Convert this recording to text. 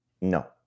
No